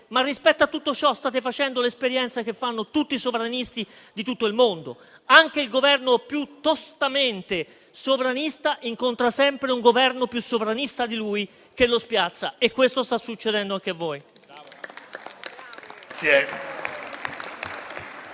Ma rispetto a tutto ciò state facendo l'esperienza che fanno tutti i sovranisti di tutto il mondo. Anche il Governo più tostamente sovranista incontra sempre un Governo più sovranista di esso che lo spiazza, e questo sta succedendo anche a voi.